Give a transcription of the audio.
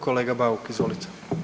Kolega Bauk izvolite.